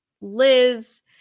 Liz